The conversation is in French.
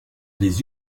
des